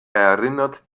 erinnert